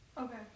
Okay